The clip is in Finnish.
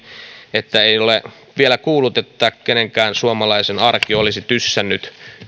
ei ole vielä kuullut että kenenkään suomalaisen arki olisi tyssännyt